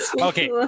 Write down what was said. okay